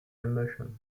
emotion